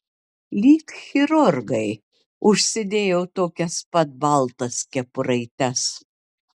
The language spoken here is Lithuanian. lyg chirurgai užsidėjo tokias pat baltas kepuraites